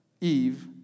Eve